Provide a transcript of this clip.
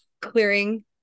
clearing